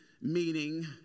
meaning